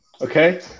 okay